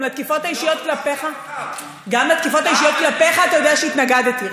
גם לתקיפות האישיות כלפיך אתה יודע שהתנגדתי.